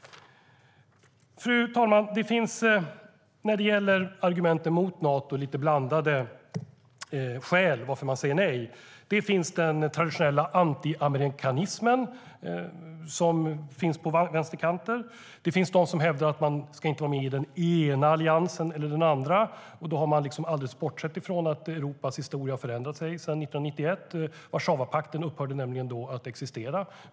Fru talman! Det finns när det gäller argumenten mot Nato lite blandade skäl till att man säger nej. Det är den traditionella anti-amerikanismen, som finns på vänsterkanten. Det finns de som hävdar att man inte ska vara med i den ena eller den andra alliansen. Då har man alldeles bortsett från att Europas historia har förändrat sig sedan 1991. Warszawapakten upphörde nämligen då att existera.